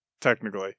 technically